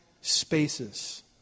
spaces